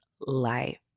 life